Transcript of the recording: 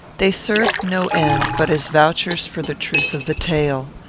they served no end, but as vouchers for the truth of the tale.